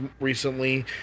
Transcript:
recently